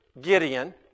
Gideon